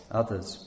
others